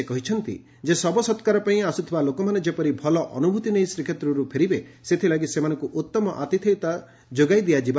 ସେ କହିଛନ୍ତି ଶବ ସକାରପାଇଁ ଆସୁଥିବା ଲୋକମାନେ ଯେପରି ଭଲ ଅନୁଭ୍ରୁତି ନେଇ ଶ୍ରୀକ୍ଷେତ୍ରରୁ ଫେରିବେ ସେଥିଲାଗି ସେମାନଙ୍କୁ ଉଉମ ଆତିଥେୟତା ଯୋଗାଇ ଦିଆଯିବ